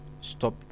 Stop